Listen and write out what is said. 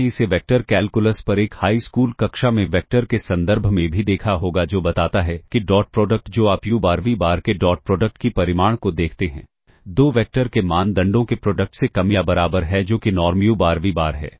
आपने इसे vector calculus पर एक हाई स्कूल कक्षा में वेक्टर के संदर्भ में भी देखा होगा जो बताता है कि डॉट प्रोडक्ट जो आप u बार v बार के डॉट प्रोडक्ट की परिमाण को देखते हैं दो वेक्टर के मानदंडों के प्रोडक्ट से कम या बराबर है जो कि नॉर्म u बार v बार है